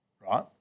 right